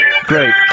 Great